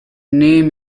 name